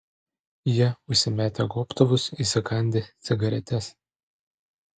jie užsimetę gobtuvus įsikandę cigaretes